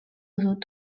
dut